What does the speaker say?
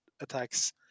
attacks